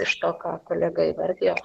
iš to ką kolega įvardijo